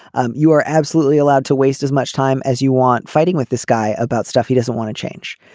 um you are absolutely allowed to waste as much time as you want fighting with this guy about stuff he doesn't want to change